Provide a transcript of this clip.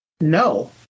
no